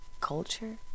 culture